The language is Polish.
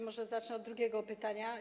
Może zacznę od drugiego pytania.